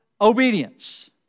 obedience